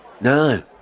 No